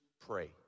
pray